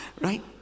right